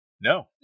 No